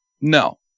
No